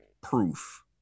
proof